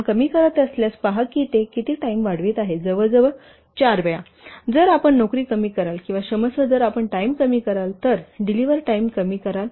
आपण कमी करत असल्यास पहा की ते किती टाइम वाढवित आहे जवळजवळ 4 वेळा जर आपण नोकरी कमी कराल किंवा क्षमस्व जर आपण टाइम कमी कराल तर डिलिव्हर टाइम कमी कराल